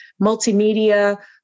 multimedia